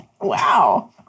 Wow